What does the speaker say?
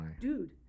dude